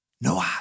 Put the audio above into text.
no